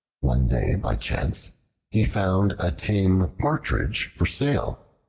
one day by chance he found a tame partridge for sale.